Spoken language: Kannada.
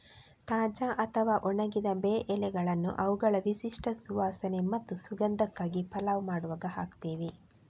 ತಾಜಾ ಅಥವಾ ಒಣಗಿದ ಬೇ ಎಲೆಗಳನ್ನ ಅವುಗಳ ವಿಶಿಷ್ಟ ಸುವಾಸನೆ ಮತ್ತು ಸುಗಂಧಕ್ಕಾಗಿ ಪಲಾವ್ ಮಾಡುವಾಗ ಹಾಕ್ತೇವೆ